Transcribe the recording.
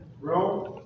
Rome